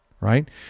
right